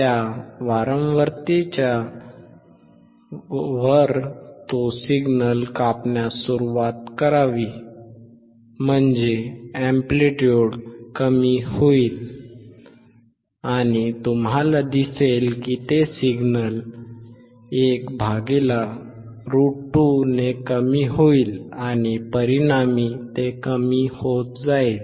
त्या वारंवारतेच्या वर तो सिग्नल कापण्यास सुरुवात करावी म्हणजे एंप्लिट्युड कमी होईल आणि तुम्हाला दिसेल की ते सिग्नलच्या 1√2 ने कमी होईल आणि परिणामी ते कमी होत जाईल